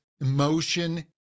emotion